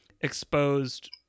exposed